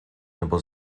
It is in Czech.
nebo